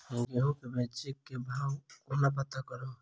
हम गेंहूँ केँ बेचै केँ भाव कोना पत्ता करू?